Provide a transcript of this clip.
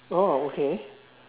oh okay